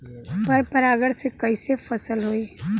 पर परागण से कईसे फसल होई?